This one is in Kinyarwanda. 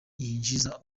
yinjiza